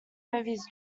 movies